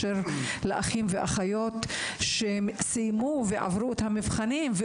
לאחים ואחיות שסיימו ועברו את המבחנים בהצלחה